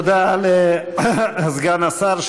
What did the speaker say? תודה לסגן השר,